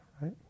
Right